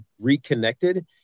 reconnected